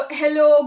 hello